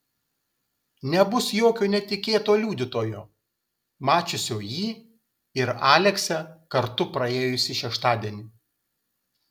nebus jokio netikėto liudytojo mačiusio jį ir aleksę kartu praėjusį šeštadienį